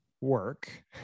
work